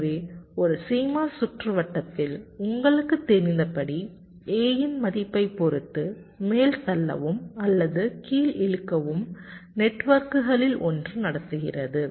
எனவே ஒரு CMOS சுற்றுவட்டத்தில் உங்களுக்குத் தெரிந்தபடி A இன் மதிப்பைப் பொறுத்து மேல் தள்ளவும் அல்லது கீள் இழுக்கவும் நெட்வொர்க்குகளில் ஒன்று நடத்துகிறது